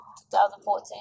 2014